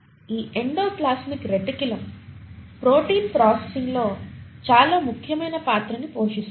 ఈ endoplasmic reticulum protein ప్రాసెసింగ్లో చాలా ముఖ్యమైన పాత్రని పోషిస్తుంది